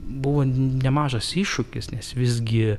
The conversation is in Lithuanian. buvo nemažas iššūkis nes visgi